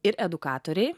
ir edukatoriai